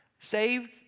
Saved